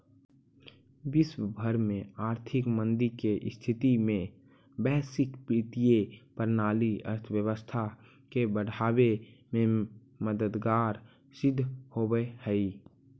विश्व भर के आर्थिक मंदी के स्थिति में वैश्विक वित्तीय प्रणाली अर्थव्यवस्था के बढ़ावे में मददगार सिद्ध होवऽ हई